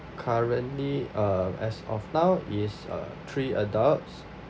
currently uh as of now is uh three adults